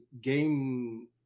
game